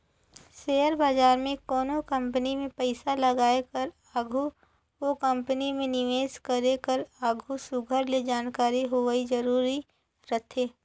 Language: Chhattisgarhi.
सेयर बजार में कोनो कंपनी में पइसा लगाए कर आघु ओ कंपनी में निवेस करे कर आघु सुग्घर ले जानकारी होवई जरूरी रहथे